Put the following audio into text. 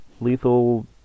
Lethal